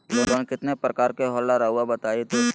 Loan कितने पारकर के होला रऊआ बताई तो?